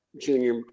junior